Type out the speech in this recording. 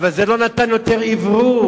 אבל זה לא נתן יותר אוורור.